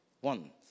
One